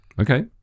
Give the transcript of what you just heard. Okay